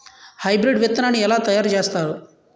Hybrid విత్తనాన్ని ఏలా తయారు చేస్తారు?